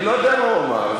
אני לא יודע מה הוא אמר.